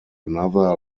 another